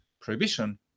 prohibition